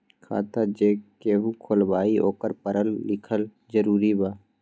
खाता जे केहु खुलवाई ओकरा परल लिखल जरूरी वा?